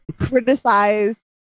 criticize